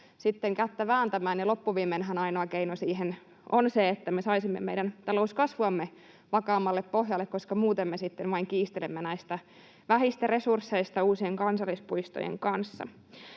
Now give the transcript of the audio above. kättä vääntämään, ja loppuviimeinhän ainoa keino siihen on se, että me saisimme meidän talouskasvuamme vakaammalle pohjalle, koska muuten me sitten vain kiistelemme näistä vähistä resursseista uusien kansallispuistojen kanssa.